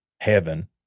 heaven